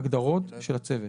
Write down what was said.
להגדרות של הצוות.